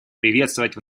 приветствовать